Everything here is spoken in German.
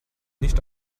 nicht